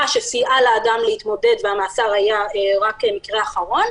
שסייעה לאדם להתמודד והמאסר היה רק אופציה אחרונה,